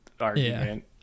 argument